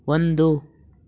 ಒಂದು